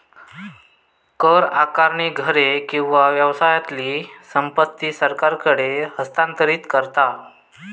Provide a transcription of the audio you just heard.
कर आकारणी घरे किंवा व्यवसायातली संपत्ती सरकारकडे हस्तांतरित करता